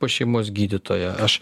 pas šeimos gydytoją aš